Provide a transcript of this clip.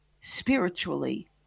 spiritually